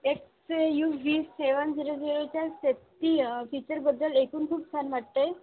एक्से U V seven zero झिरोच्या safety फीचरबद्दल ऐकून खूप छान वाटत आहे